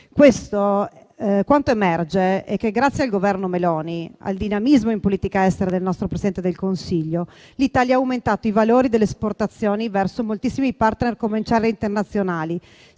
Quanto emerge è che grazie al Governo Meloni, al dinamismo in politica estera del nostro Presidente del Consiglio, l'Italia ha aumentato i valori delle esportazioni verso moltissimi *partner* commerciali internazionali.